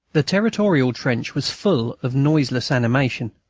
the territorial trench was full of noiseless animation.